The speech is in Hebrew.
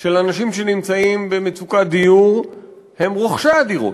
של אנשים שנמצאים במצוקת דיור הם רוכשי הדירות.